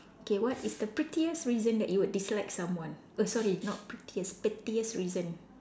okay what is the prettiest reason that you would dislike someone oh sorry not prettiest reason pettiest reason